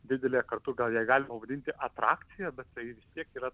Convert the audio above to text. didelė kartu gal ją galima vadinti atrakcija bet tai tiek yra